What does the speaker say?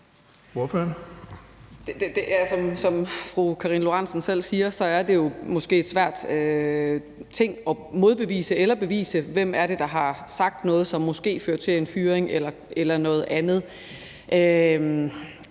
fru Karina Lorentzen Dehnhardt selv siger, er det måske svært at modbevise eller bevise, hvem det er, der har sagt noget, som måske fører til en fyring eller noget andet.